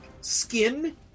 skin